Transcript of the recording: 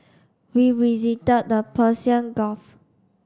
we visited the Persian Gulf